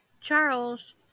Charles